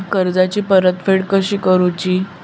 कर्जाची परतफेड कशी करुची?